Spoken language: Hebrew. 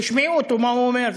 תשמעו אותו מה הוא אומר.